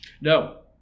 No